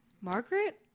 margaret